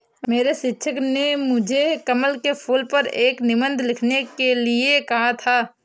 मेरे शिक्षक ने मुझे कमल के फूल पर एक निबंध लिखने के लिए कहा था